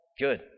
Good